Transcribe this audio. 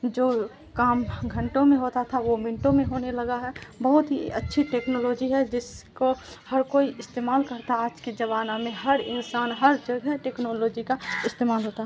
جو کام گھنٹوں میں ہوتا تھا وہ منٹوں میں ہونے لگا ہے بہت ہی اچھی ٹیکنالوجی ہے جس کو ہر کوئی استعمال کرتا آج کے زمانہ میں ہر انسان ہر جگہ ٹیکنالوجی کا استعمال ہوتا تھا